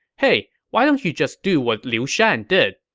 hey, why don't you just do what liu shan did?